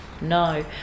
no